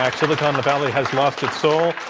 like silicon and valley has lost its soul.